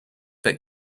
but